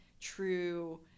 true